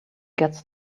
gets